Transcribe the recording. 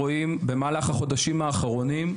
רואים במהלך החודשים האחרונים,